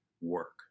work